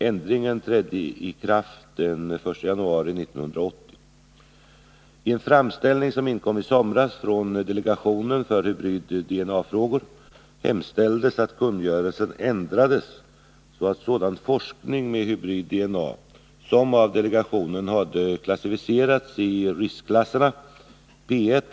Ändringen trädde i kraft den 1 januari 1980.